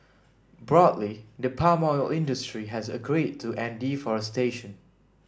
broadly the palm oil industry has agreed to end deforestation